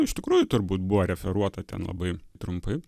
iš tikrųjų turbūt buvo referuota ten labai trumpai